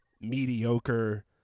mediocre